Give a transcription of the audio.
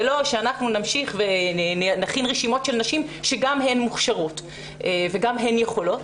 ולא שאנחנו נכין רשימות של נשים שגם הן מוכשרות וגם הן יכולות.